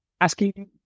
asking